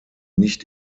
nicht